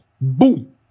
boom